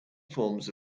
forms